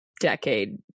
decade